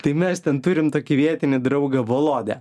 tai mes ten turim tokį vietinį draugą volodę